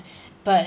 but